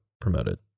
promoted